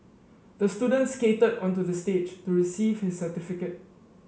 the student skated onto the stage to receive his certificate